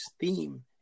theme